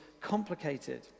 complicated